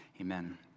Amen